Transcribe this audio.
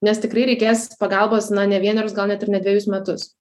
nes tikrai reikės pagalbos na ne vienerius gal net ir ne dvejus metus